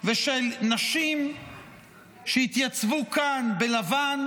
ושל נשים שהתייצבו כאן בלבן,